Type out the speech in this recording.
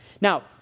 Now